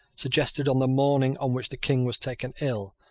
suggested, on the morning on which the king was taken ill,